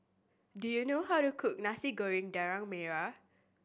do you know how to cook Nasi Goreng Daging Merah